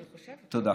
תודה.